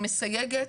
אני מסייגת.